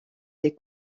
des